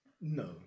No